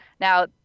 Now